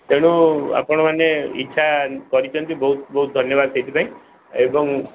ତେଣୁ ଆପଣମାନେ ଇଚ୍ଛା କରିଛନ୍ତି ବହୁତ ବହୁତ ଧନ୍ୟବାଦ ସେଇଥିପାଇଁ ଏବଂ